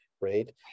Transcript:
Right